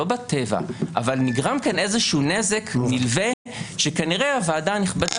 לא בטבע אבל נגרם כאן איזשהו נזק נלווה שכנראה הוועדה הנכבדה